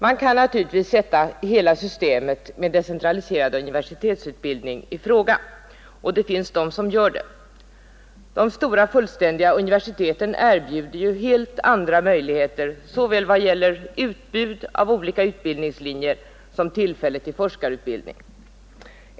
Man kan naturligtvis sätta hela systemet med decentraliserad universitetsutbildning i fråga — och det finns de som gör det. De stora fullständiga universiteten erbjuder ju helt andra möjligheter i vad gäller såväl utbud av olika utbildningslinjer som tillfälle till forskarutbildning.